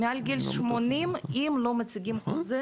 מעל גיל 80, אם לא מציגים חוזה: